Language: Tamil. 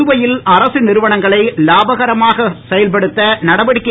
புதுவையில் அரசு நிறுவனங்களை லாபகரமாக செயல்படுத்த நடவடிக்கை